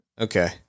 Okay